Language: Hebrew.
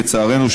לצערנו,